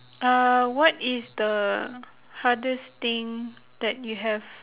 uh what is the hardest thing that you have